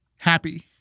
happy